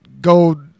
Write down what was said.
go